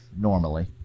normally